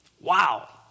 Wow